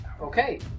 Okay